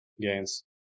gains